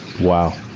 Wow